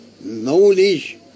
knowledge